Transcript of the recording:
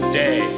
day